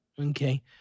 Okay